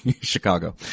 Chicago